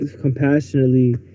compassionately